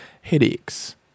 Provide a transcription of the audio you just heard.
headaches